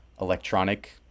electronic